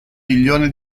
milione